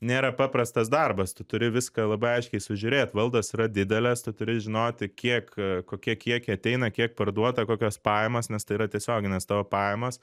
nėra paprastas darbas tu turi viską labai aiškiai sužiūrėt valdos yra didelės tu turi žinoti kiek kokie kiekiai ateina kiek parduota kokios pajamos nes tai yra tiesioginės tavo pajamos